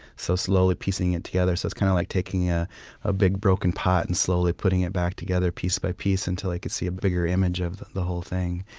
so slowly piecing it together. so it's kind of like taking yeah a big broken pot and slowly putting it back together, piece by piece, until i can see a bigger image of the the whole thing.